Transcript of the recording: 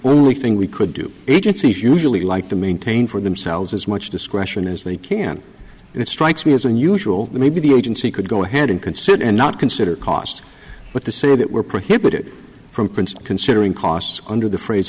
only thing we could do agencies usually like to maintain for themselves as much discretion as they can and it strikes me as unusual maybe the agency could go ahead and consider and not consider cost but the say that we're prohibited from prince considering costs under the phrase